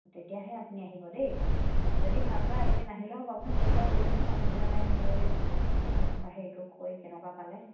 তেতিয়াহে আপুনি আহিব দেই যদি ভাল পায় আপুনি নাহিলেও হ'ব আপুনি ফোন এটা কৰিবচোন আপুনি মানে মোৰ হেৰিটো কৰি কেনেকুৱা পালে